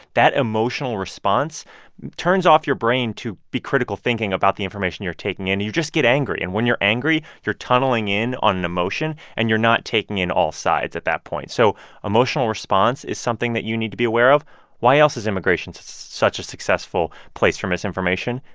that emotional response turns off your brain to be critical thinking about the information you're taking in. you just get angry. and when you're angry, you're tunneling in on an emotion, and you're not taking in all sides at that point. so emotional response is something that you need to be aware of why else is immigration so such a successful place for misinformation?